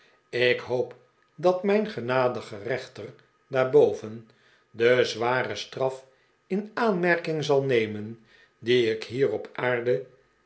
ik hoop dat mijn genadige rechter daarboven de zware straf in aanmerking zal nemen die ik hier op aard'e